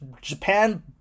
japan